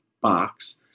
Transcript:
box